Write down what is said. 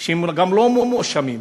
שהם לא מואשמים,